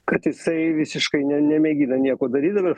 kad jisai visiškai ne nemėgina nieko daryt dabar